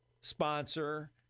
sponsor